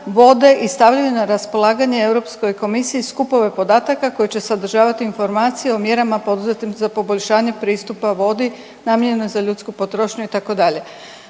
i stave na raspolaganje EK skupove podataka koji će sadržavati informacije o mjerama poduzetim za poboljšanje pristupa vodi namijenjenoj za ljudsku potrošnju, itd.